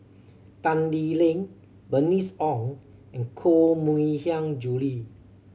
Tan Lee Leng Bernice Ong and Koh Mui Hiang Julie